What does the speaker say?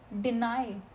deny